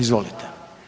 Izvolite.